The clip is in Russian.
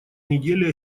неделе